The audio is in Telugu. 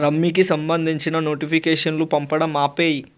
రమ్మీకి సంబంధించిన నోటిఫికేషన్లు పంపడం ఆపేయి